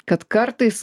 kad kartais